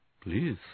Please